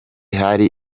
hari